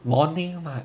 morning lah